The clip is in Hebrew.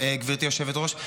גבירתי היושבת-ראש.